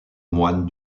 moines